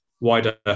wider